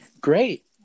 great